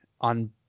on